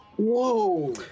Whoa